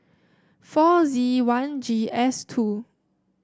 four Z one G S two